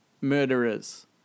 murderers